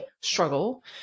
struggle